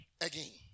again